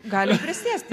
galim prisėsti